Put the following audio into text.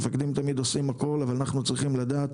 מפקדים תמיד עושים הכל אבל אנחנו צריכים לדעת